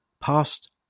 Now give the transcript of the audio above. Past